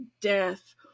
death